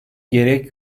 gerek